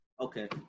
Okay